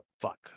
fuck